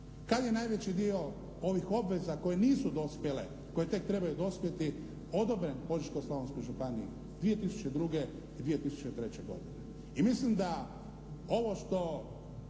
Kad je najveći dio ovih obveza koje nisu dospjele, koje tek trebaju dospjeti odobren Požeško-slavonskoj županiji" 2002. i 2003. godine.